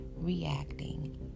reacting